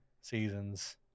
seasons